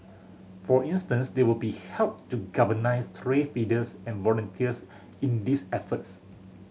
for instance they will be help to galvanise stray feeders and volunteers in these efforts